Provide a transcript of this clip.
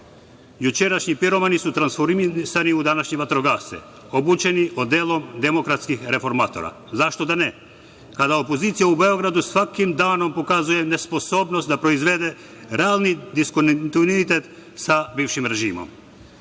Jučerašnji piromani su tranformisani u današnje vatrogasce, obučeni u odelo demokratskih reformatora. Zašto da ne, kada opozicija u Beogradu svakim danom pokazuje nesposobnost da proizvede realni diskontinuitet sa bivšim režimom. Danas